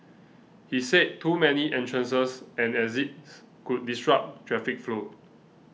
he said too many entrances and exits could disrupt traffic flow